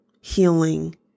healing